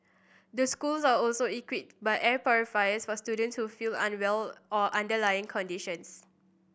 the schools are also equipped by air purifiers for students who feel unwell or underlying conditions